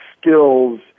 skills